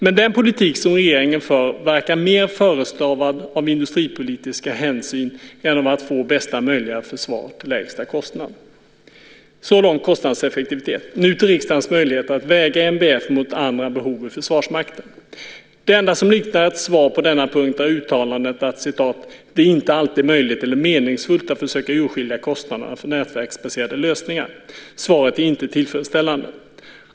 Men den politik som regeringen för verkar mer förestavad av industripolitiska hänsyn än av att få bästa möjliga försvar till lägsta kostnad. Så långt handlade det om kostnadseffektivitet. Nu går jag över till riksdagens möjligheter att väga NBF mot andra behov i Försvarsmakten. Det enda som liknar ett svar på denna punkt är uttalandet att "det inte alltid är möjligt eller meningsfullt att försöka urskilja kostnaderna för nätverksbaserade lösningar". Svaret är inte tillfredsställande.